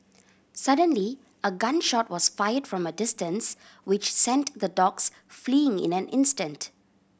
suddenly a gun shot was fired from a distance which sent the dogs fleeing in an instant